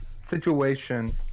situation